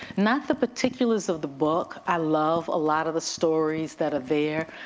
not the particulars of the book. i love a lot of the stories that are there.